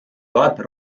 vaata